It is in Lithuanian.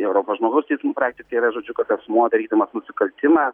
europos žmogaus teismų praktika yra žodžiu kad asmuo darydamas nusikaltimą